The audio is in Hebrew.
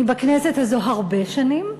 אני בכנסת הזאת הרבה שנים,